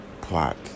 plot